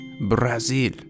Brazil